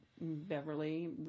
Beverly